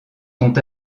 sont